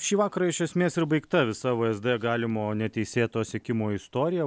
šį vakarą iš esmės ir baigta visą vsd galimo neteisėto sekimo istorija